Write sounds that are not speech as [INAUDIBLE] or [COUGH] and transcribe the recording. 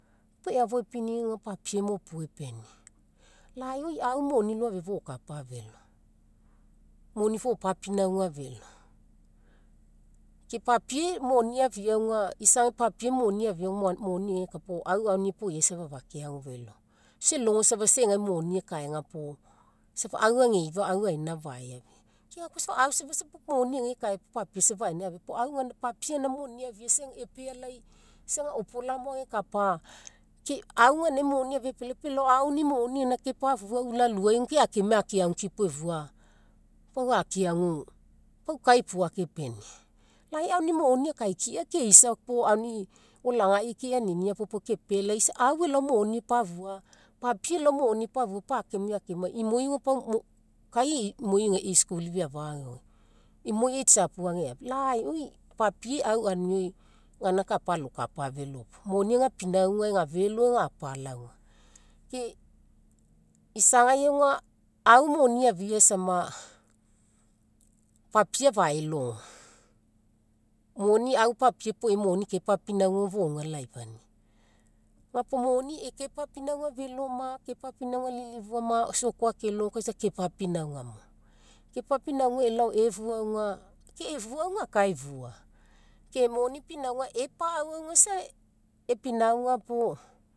Pau eafoaipini auga papie mo puo epenia, lai oi au moni loafia fokapa felo moni fopapinauga felo. Ke papie moni eafia auga, isagai papie moni egai eka puo au aunii epoiai afakeagu felo. Isa elogo isa egai moni ekaega puo au ageifa, au aina afaeafia au safa isa pau moni egai ekae [UNINTELLIGIBLE] papie gaina moni eafia is epealai isa age opola more agekapa, ke au ganinagai monikai moni eafia epelai puo auni gaina moni kepafua ke ulaluai ke akemai akeagukipo efua pau akeagu, pau kai puo akepenia. Lai aunii moni akaikia keisa puo aunii olagai keaninia puo pau au elao moni epafua, papie elao moni epafua pau akemue akemai imoi auga kai e'i imoi auga, [HESITATION] kai e'i school fee afa ageoge imoi e'i tsiapu, lai oi papie au aunimai gaina alokapafelo puo moni ega pinauga auga ega felo ega apala auga ke isagai au moni eafia sama, papie afaelogo moni au papie moni kepapinauga fouga laifania. Ga puo moni kepapinauga felo ma kepapinauga lilifu ma isa oko akelogo kai isa kepapinauga mo, kepapinauga elao efua auga, ke efua auga aka efua. Ke moni pinauga epau isa epinauga puo